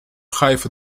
raiva